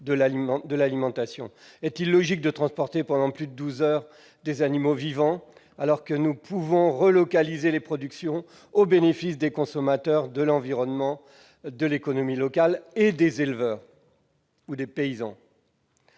de l'alimentation. Est-il logique de transporter pendant plus de douze heures des animaux vivants, alors que nous pouvons relocaliser les productions au bénéfice des consommateurs, de l'environnement, de l'économie locale et des éleveurs ou des paysans ?